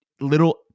little